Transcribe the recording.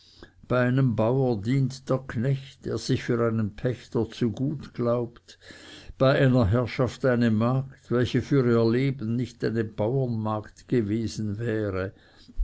bei einem bauer dient der knecht der sich für einen pächter zu gut glaubt bei einer herrschaft eine magd welche für ihr leben nicht eine bauernmagd gewesen wäre